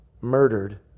murdered